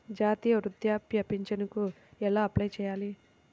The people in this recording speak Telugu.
జాతీయ వృద్ధాప్య పింఛనుకి ఎలా అప్లై చేయాలి?